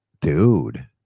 Dude